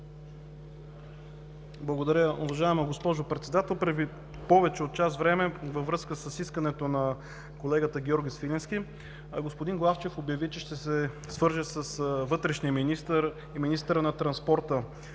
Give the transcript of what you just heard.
Благодаря, уважаема госпожо Председател. Преди повече от час време, във връзка с искането на колегата Георги Свиленски, господин Главчев обяви, че ще се свърже с вътрешния министър и министъра на транспорта